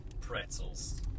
pretzels